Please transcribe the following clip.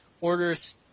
Orders